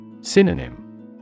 Synonym